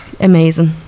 amazing